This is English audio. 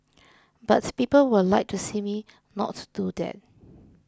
but people would like to see me not do that